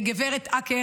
הייתי ליד ערש ההקמה,